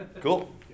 Cool